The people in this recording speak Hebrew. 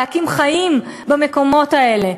ליצור חיים במקומות האלה.